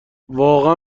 واقعا